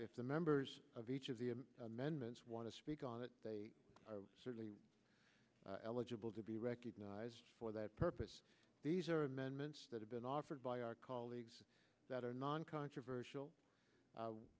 if the members of each of the amendments want to speak on it they are certainly eligible to be recognized for that purpose these are amendments that have been offered by our colleagues that are non controversial